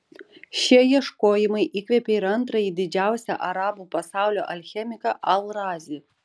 šie ieškojimai įkvėpė ir antrąjį didžiausią arabų pasaulio alchemiką al razį